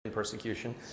persecution